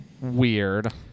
weird